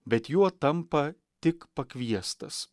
bet juo tampa tik pakviestas